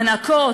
המנקות,